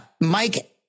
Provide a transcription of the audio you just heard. Mike